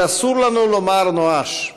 אבל אסור לנו לומר נואש,